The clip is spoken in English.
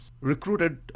recruited